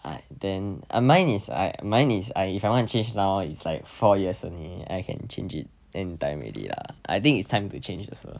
I then mine is li~ mine is I if I want to change now it's like four years only I can change it damn time already lah I think it's time to change it also lah